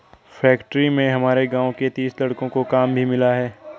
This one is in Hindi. फैक्ट्री में हमारे गांव के तीस लड़कों को काम भी मिला है